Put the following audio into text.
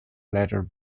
letter